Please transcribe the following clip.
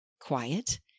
quiet